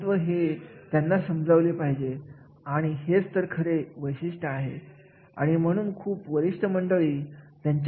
आणि हे सगळे विचार करूनच त्या कार्याची जबाबदारी ठरवण्यात येते आणि हे अतिशय महत्त्वाचे आहे